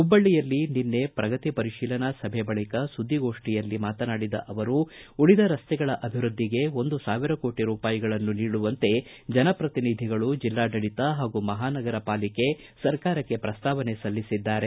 ಹುಬ್ಬಳ್ಳಿಯಲ್ಲಿ ನಿನ್ನೆ ಪ್ರಗತಿ ಪರಿಶೀಲನಾ ಸಭೆ ಬಳಿಕ ಪ್ರತಿಕಾಗೋಷ್ಠಿ ನಡೆಸಿ ಮಾತನಾಡಿದ ಅವರು ಉಳಿದ ರಸ್ತೆಗಳ ಅಭಿವೃದ್ದಿಗೆ ಒಂದು ಸಾವಿರ ಕೋಟಿ ರೂಪಾಯಿಗಳನ್ನು ನೀಡುವಂತೆ ಜನಪ್ರತಿನಿಧಿಗಳು ಜಿಲ್ಲಾಡಳಿತ ಹಾಗೂ ಮಹಾನಗರ ಪಾಲಿಕೆ ಸರ್ಕಾರಕ್ಕೆ ಪ್ರಸ್ತಾವನೆ ಸಲ್ಲಿಸಿದ್ದಾರೆ